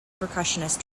percussionist